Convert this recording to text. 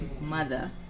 mother